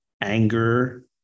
anger